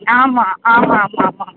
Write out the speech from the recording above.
ஆமாம் ஆமாம் ஆமாம் ஆமாம் ஆமாம்